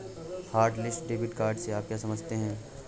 Hotlist debit card से आप क्या समझते हैं?